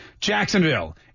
Jacksonville